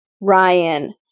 Ryan